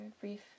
brief